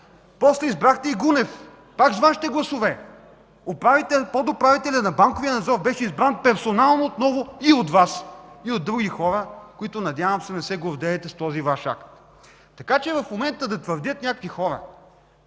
После избрахте и Гунев – пак с Вашите гласове. Подуправителят на банковия надзор беше избран персонално отново и от Вас, и от други хора. Надявам се, че не се гордеете с този Ваш акт. Така че в момента някои да твърдят как те